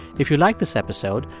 if you liked this episode,